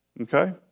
Okay